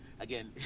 again